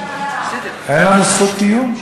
אין לנו זכות קיום?